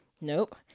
Nope